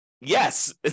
yes